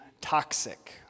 toxic